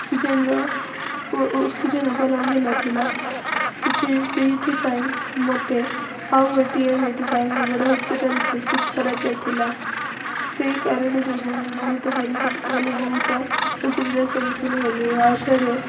ଅକ୍ସିଜେନର oxygen ଉପଲବ୍ଧ ନଥିଲା ସେଥି ସେଇଥିପାଇଁ ମୋତେ ଆଉ ଗୋଟିଏ ମେଡ଼ିକାଲ ବଡ଼ ହସ୍ପିଟାଲକୁ ସିପ୍ଟ କରାଯାଇଥିଲା ସେଇ କାରଣ ଯୋଗୁ ମୁଁ ବହୁତ ମାନେ ବହୁତ ଅସୁବିଧା ସମ୍ମୁଖୀନ ହେଲି ଆଉଥରେ